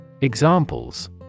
Examples